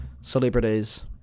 celebrities